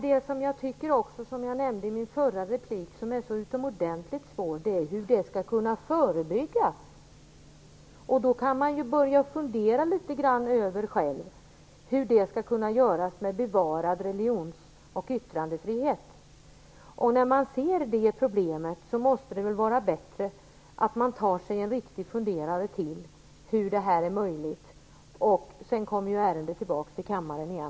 Det som jag tycker är så utomordentligt svårt - och som jag nämnde i min förra replik - är hur det skall kunna förebyggas. Då kan man börja fundera litet grand över hur det skall kunna göras med en bevarad religions och yttrandefrihet. När man ser det problemet måste det väl vara bättre att ta sig en riktig funderare till över hur detta skall vara möjligt. Sedan kommer ju ärendet tillbaks till kammaren igen.